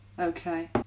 Okay